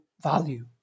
value